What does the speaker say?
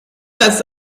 das